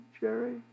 Jerry